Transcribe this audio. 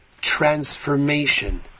transformation